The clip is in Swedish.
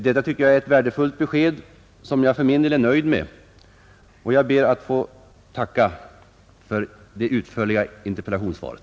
Detta tycker jag är ett värdefullt besked, som jag för min del är nöjd med, och jag ber att få tacka för det utförliga interpellationssvaret.